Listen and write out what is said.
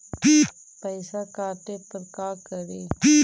पैसा काटे पर का करि?